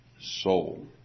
soul